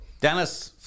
Dennis